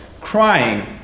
crying